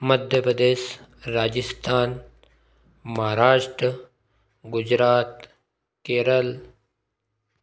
Madhya Pradesh Rajasthan Maharashtra Gujarat Kerala